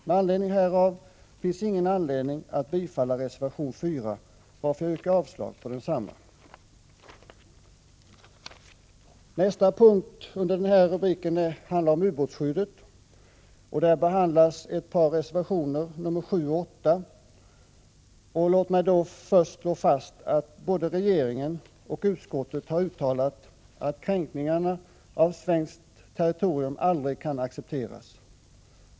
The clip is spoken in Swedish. Med anledning härav finns det ingen anledning att bifalla reservation 4, varför jag yrkar avslag på densamma. Nästa punkt i detta betänkande rör ubåtsskyddet, som också tas upp i reservationerna 7 och 8. Låt mig först slå fast att både regeringen och utskottet har uttalat att kränkningarna av svenskt territorium aldrig kan accepteras.